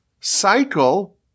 cycle